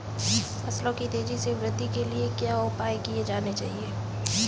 फसलों की तेज़ी से वृद्धि के लिए क्या उपाय किए जाने चाहिए?